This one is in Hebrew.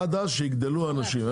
עד אז שיגדלו האנשים,